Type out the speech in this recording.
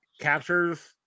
captures